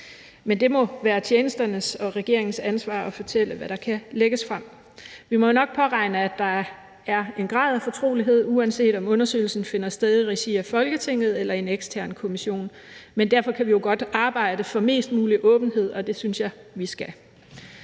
Men det må være tjenesternes og regeringens ansvar at fortælle, hvad der kan lægges frem. Vi må nok påregne, at der er en grad af fortrolighed, uanset om undersøgelsen finder sted i regi af Folketinget eller i en ekstern kommission, men derfor kan vi jo godt arbejde for mest mulig åbenhed, og det synes jeg vi skal.